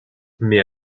mais